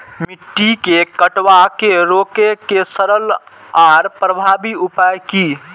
मिट्टी के कटाव के रोके के सरल आर प्रभावी उपाय की?